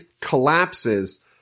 collapses